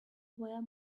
where